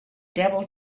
devil